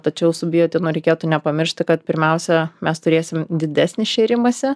tačiau su biotinu reikėtų nepamiršti kad pirmiausia mes turėsime didesnį šėrimąsi